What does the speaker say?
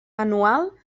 anual